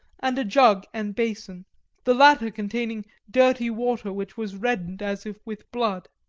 and a jug and basin the latter containing dirty water which was reddened as if with blood.